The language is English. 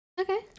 Okay